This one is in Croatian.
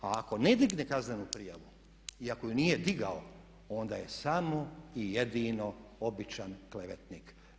A ako ne digne kaznenu prijavu i ako je nije digao onda je samo i jedino običan klevetnik.